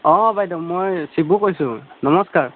অ বাইদেউ মই চিবুয়ে কৈছোঁ নমস্কাৰ